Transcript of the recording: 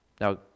Now